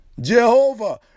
Jehovah